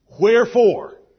wherefore